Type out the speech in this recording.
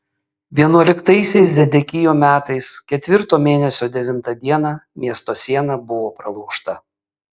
vienuoliktaisiais zedekijo metais ketvirto mėnesio devintą dieną miesto siena buvo pralaužta